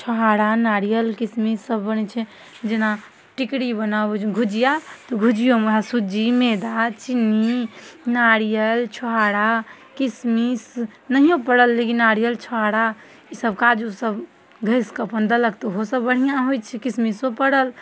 छोहारा नारियल किसमिससँ बनै छै जेना टिकरी बनाउ गुझिआ तऽ गुझिओमे वएह सुज्जी मैदा चिन्नी नारियल छोहारा किसमिस नहिओ पड़ल लेकिन नारियल छोहारा ईसब काजू ओसब घसिकऽ अपन देलक तऽ ओहोसब बढ़िआँ होइ छै किसमिसो पड़ल